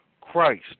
Christ